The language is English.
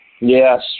Yes